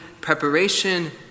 preparation